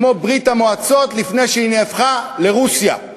כמו ברית-המועצות לפני שהיא נהפכה לרוסיה.